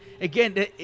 again